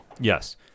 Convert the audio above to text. Yes